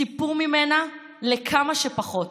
ציפו ממנה לכמה שפחות